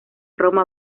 roma